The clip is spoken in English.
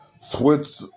switch